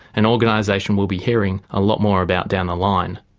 an organisation we'll be hearing a lot more about down the line.